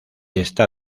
está